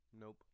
Nope